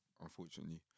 unfortunately